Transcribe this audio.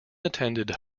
attended